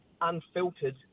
unfiltered